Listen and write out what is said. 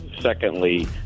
Secondly